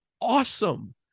awesome